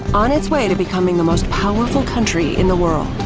on its way to becoming the most powerful country in the world.